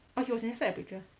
oh he was inside the picture